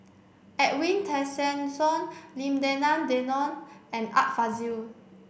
Edwin Tessensohn Lim Denan Denon and Art Fazil